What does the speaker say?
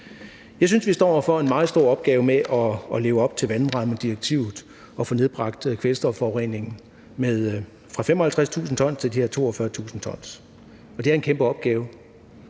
Jeg synes, vi står over for en meget stor opgave med at leve op til vandrammedirektivet og få nedbragt kvælstofforureningen fra 55.000 t til de her 42.000 t. Det er en kæmpe opgave.